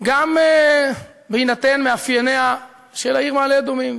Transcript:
גם בהינתן מאפייניה של העיר מעלה-אדומים,